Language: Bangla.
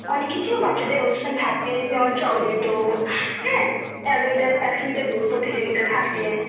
অনেক কিছুই বাচ্চাদের অনুষ্ঠান থাকছে যেমন চকলেট দৌড় হ্যাঁ এক একশো মিটার দৌড় প্রতিযোগিতা থাকছে